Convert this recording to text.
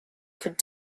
could